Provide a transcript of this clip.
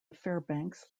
fairbanks